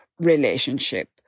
relationship